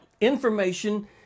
information